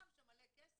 שם על זה מלא כסף,